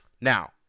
Now